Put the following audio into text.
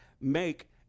make